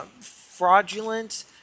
fraudulent